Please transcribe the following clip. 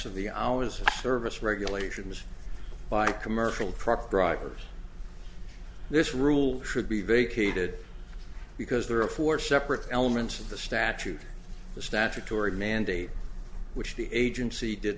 of the hours service regulations by commercial truck drivers this rule should be vacated because there are four separate elements of the statute the statutory mandate which the agency did